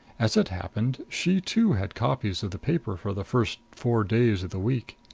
as it happened, she, too, had copies of the paper for the first four days of the week.